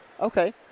Okay